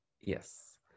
Yes